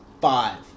Five